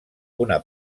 una